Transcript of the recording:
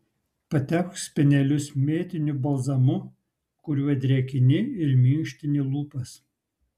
patepk spenelius mėtiniu balzamu kuriuo drėkini ir minkštini lūpas